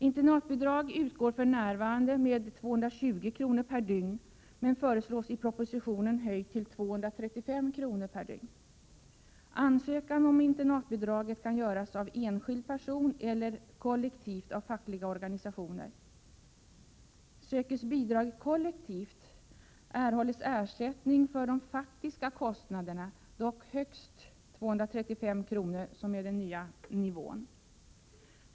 Internatbidrag utgår för närvarande med 220 kr. per dygn men föreslås i propositionen höjt till 235 kr. per dygn. Ansökan om internatbidrag kan göras av enskild person eller kollektivt av fackliga organisationer. Sökes bidraget kollektivt erhålles ersättning för de faktiska kostnaderna, dock högst 235 kr. som är den nya nivån.